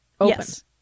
Yes